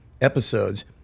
episodes